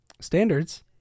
standards